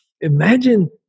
imagine